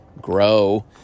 grow